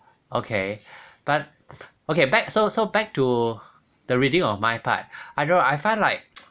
okay but okay back so so back to the reading of mind part I don't know I find like